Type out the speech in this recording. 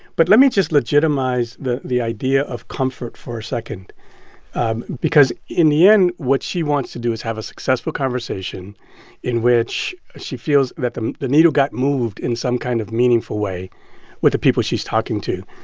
but let me just legitimize the the idea of comfort for a second um because in the end, what she wants to do is have a successful conversation in which she feels that the the needle got moved in some kind of meaningful way with the people she's talking to.